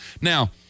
Now